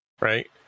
Right